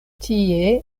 tie